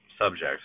subjects